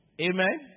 Amen